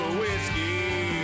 whiskey